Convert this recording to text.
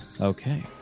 Okay